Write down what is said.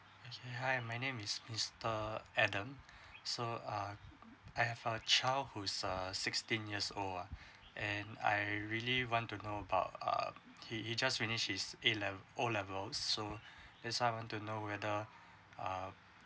okay hi my name is mister adam so uh I have a child who's err sixteen years old ah and I really want to know about err he is just finish his A le~ O level so it's I want to know whether uh